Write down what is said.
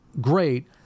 great